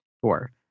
Four